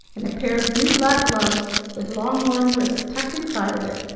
and a pair of new black gloves with long, warm wrists tucked inside of it.